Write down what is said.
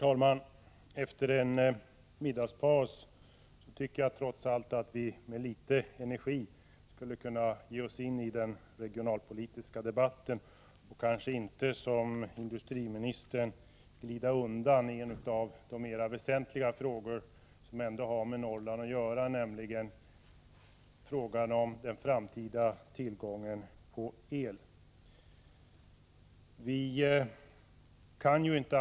Herr talman! Jag tycker att vi efter middagspausen med litet energi skulle kunna ge oss in i den regionalpolitiska debatten och inte, som industriministern gjorde, glida förbi en av de mer väsentliga frågor som har med Norrland att göra, nämligen frågan om den framtida tillgången på el.